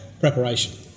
preparation